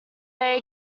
they